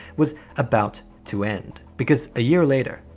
was about to end. because a year later,